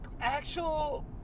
actual